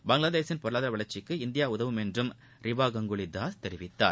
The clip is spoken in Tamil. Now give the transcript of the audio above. பங்களாதேஷின் பொருளாதார வளர்ச்சிக்கு இந்தியா உதவும் என்றும் ரிவா கங்குலி தாஸ் கூறினார்